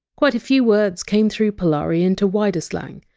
quite a few words came through polari into wider slang,